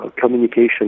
communication